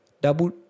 Double